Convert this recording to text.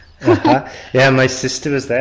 yeah my sister was there